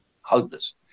Hopeless